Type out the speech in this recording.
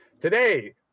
Today